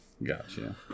Gotcha